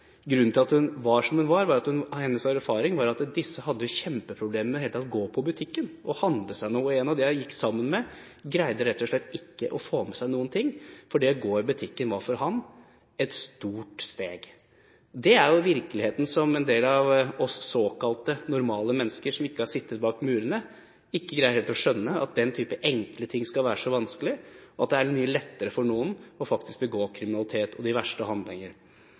Hennes erfaring var at disse folkene hadde store problemer med å gå i butikken og handle. En av dem jeg gikk sammen med, greide ikke å få med seg noe, for det å gå i butikken var for ham et stort steg. Dette er en virkelighet som en stor del av oss såkalt normale mennesker som ikke har sittet bak murene, ikke helt greier å skjønne kan være så vanskelig at det faktisk for noen er mye lettere å begå kriminalitet og de verste handlinger. Men det er det som er situasjonen ved løslatelse for noen. Halvparten av dem som løslates, kommer altså tilbake til fengselet. Rusproblemer, det å